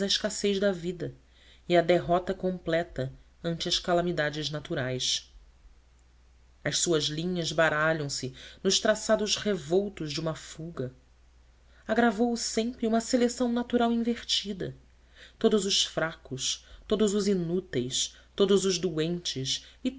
escassez da vida e a derrota completa ante as calamidades naturais as suas linhas baralham se nos traçados revoltos de uma fuga agravou o sempre uma seleção natural invertida todos os fracos todos os inúteis todos os doentes